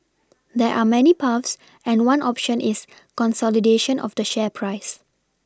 there are many paths and one option is consolidation of the share price